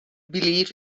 believe